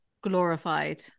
glorified